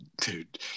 dude